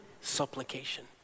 supplication